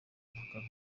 mkapa